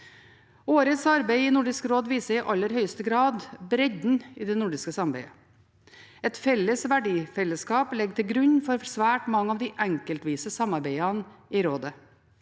Årets arbeid i Nordisk råd viser i aller høyeste grad bredden i det nordiske samarbeidet. Et verdifellesskap ligger til grunn for svært mange av de enkeltvise samarbeidene i rådet.